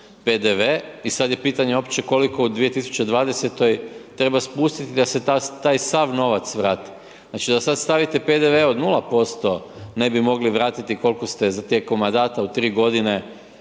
PDV i sad je pitanje uopće koliko u 2020. treba spustiti da se taj sav novac vrati. Znači da sad stavite PDV od 0% ne bi mogli vratiti kolko ste za tijekom mandata u 3 godine uzeli